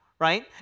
right